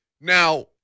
Now